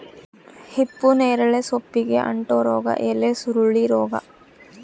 ಹಿಪ್ಪುನೇರಳೆ ಸೊಪ್ಪಿಗೆ ಅಂಟೋ ರೋಗ ಎಲೆಸುರುಳಿ ರೋಗ